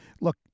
look